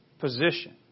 position